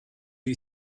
you